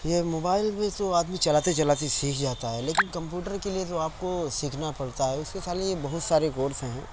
یہ موبائل بھی تو آدمی چلاتے چلاتے سیکھ جاتا ہے لیکن کمپیوٹر کے لیے تو آپ کو سیکھنا پڑتا ہے اس کے سا لیے بہت سارے کورس ہیں